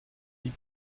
wie